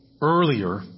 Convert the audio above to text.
Earlier